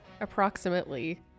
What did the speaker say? approximately